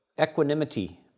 equanimity